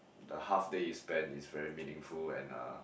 the half day you spend is very meaningful and uh